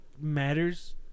matters